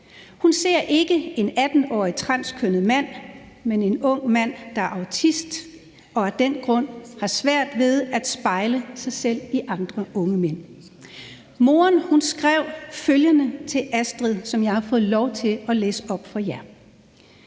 Hun ser ikke en 18-årig transkønnet mand, men en ung mand, der er autist og af den grund har svært ved at spejle sig selv i andre unge mænd. Moren skrev følgende til Astrid, som jeg har fået lov til at læse op for jer: